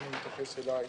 ואני עכשיו מתייחס אלי,